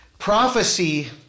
Prophecy